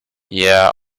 yeah